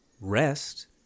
rest